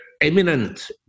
eminent